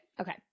Okay